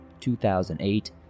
2008